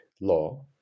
law